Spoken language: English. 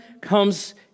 comes